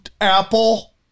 Apple